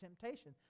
temptation